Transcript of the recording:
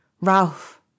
Ralph